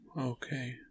Okay